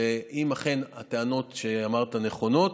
ואם אכן הטענות שאמרת נכונות,